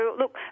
look